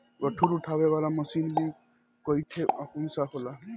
गट्ठर उठावे वाला मशीन में कईठे अंकुशा होला